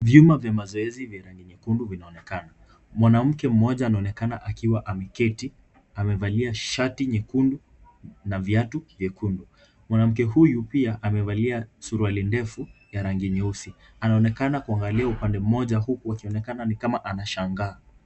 Vyuma vya mazoezi vya rangi nyekundu vinaonekana. Mwanamke mmoja anaonekana akiwa ameketi, amevalia shati nyekundu na viatu vyekundu. Mwanamke huyu pia amevalia suruali ndefu ya rangi nyeusi, anaonekana kuangalia upande mmoja huku akionekana ni kama anashangaa.